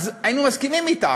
היינו מסכימים אתך.